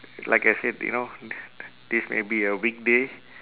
like I said you know th~ th~ this may be a weekday